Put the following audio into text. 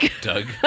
Doug